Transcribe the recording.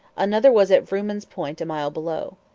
another was at vrooman's point a mile below.